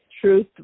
truth